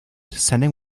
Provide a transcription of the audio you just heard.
sending